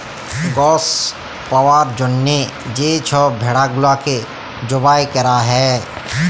গস পাউয়ার জ্যনহে যে ছব ভেড়া গুলাকে জবাই ক্যরা হ্যয়